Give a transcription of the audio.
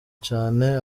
cane